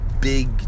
big